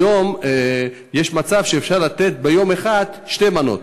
היום יש מצב שאפשר לתת ביום אחד שתי מנות,